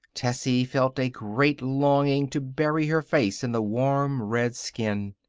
tessie felt a great longing to bury her face in the warm red skin.